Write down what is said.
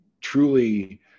truly